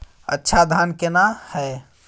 अच्छा धान केना हैय?